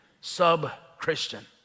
sub-christian